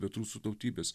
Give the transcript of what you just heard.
bet rusų tautybės